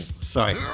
Sorry